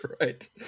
right